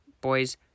boys